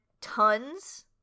tons